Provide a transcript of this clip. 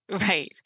Right